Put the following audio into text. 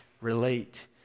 relate